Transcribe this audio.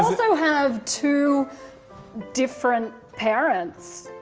so have two different parents.